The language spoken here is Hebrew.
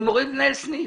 אני מוריד את מנהל הסניף.